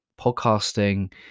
Podcasting